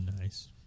Nice